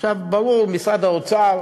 עכשיו, ברור, משרד האוצר,